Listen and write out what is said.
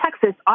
Texas